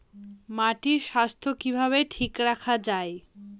মাটির স্বাস্থ্য কিভাবে ঠিক রাখা যায়?